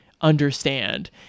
Understand